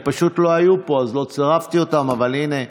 הם פשוט לא היו פה אז לא צירפתי אותם, אבל הינה,